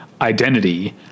identity